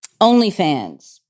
OnlyFans